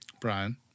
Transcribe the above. Brian